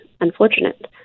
unfortunate